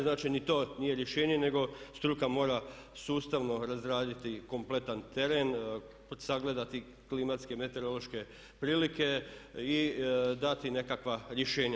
Znači, ni to nije rješenje nego struka mora sustavno razraditi kompletan teren, sagledati klimatske, meteorološke prilike i dati nekakva rješenja.